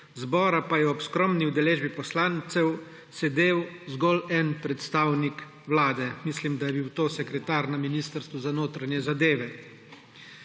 zbora pa je ob skromni udeležbi poslancev sedel zgolj en predstavnik Vlade, mislim, da je bil to sekretar na Ministrstvu za notranje zadeve.